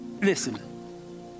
Listen